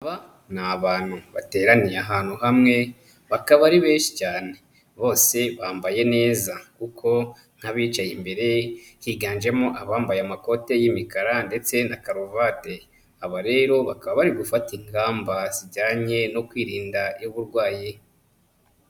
Aba ni abantu bateraniye ahantu hamwe bakaba ari benshi cyane. Bose bambaye neza kuko nk'abicaye imbere, higanjemo abambaye amakoti y'imikara ndetse na karuvate. Aba rero bakaba bari gufata ingamba zijyanye no kwirinda ay'uburwayi.